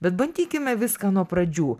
bet bandykime viską nuo pradžių